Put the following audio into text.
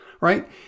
right